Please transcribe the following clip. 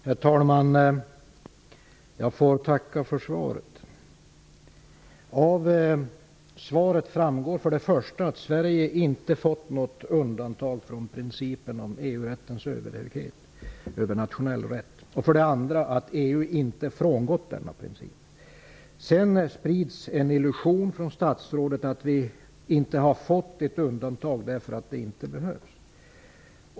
Herr talman! Jag får tacka för svaret. Av svaret framgår för det första att Sverige inte fått något undantag från principen om EU-rättens överhöghet över nationell rätt och för det andra att EU inte frångått denna princip. Statsrådet sprider illusionen att vi inte har fått något undantag därför att det inte behövs.